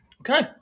Okay